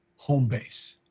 home base.